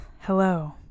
Hello